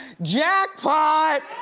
jackpot!